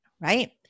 right